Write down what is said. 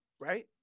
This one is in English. right